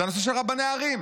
זה הנושא של רבני הערים.